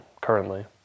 currently